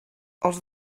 els